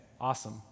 Awesome